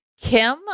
Kim